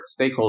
stakeholders